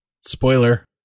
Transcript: Spoiler